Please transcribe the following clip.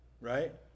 right